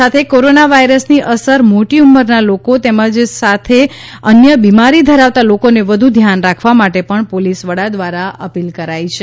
આ સાથે કોરોના વાયરસની અસર મોટી ઉમરના લોકો તેમજ સાથે અન્ય બિમારી ધરાવતા લોકોને વધુ ધ્યાન રાખવા માટે પણ પોલીસ વડા દ્વારા અપિલ કરાઈ છે